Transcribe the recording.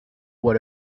what